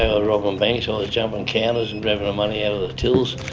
ah robbing banks, i was jumping counters and grabbing money out of the tills